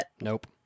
Nope